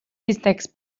bistecs